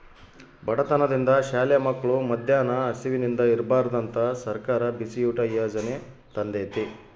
ಬಡತನದಿಂದ ಶಾಲೆ ಮಕ್ಳು ಮದ್ಯಾನ ಹಸಿವಿಂದ ಇರ್ಬಾರ್ದಂತ ಸರ್ಕಾರ ಬಿಸಿಯೂಟ ಯಾಜನೆ ತಂದೇತಿ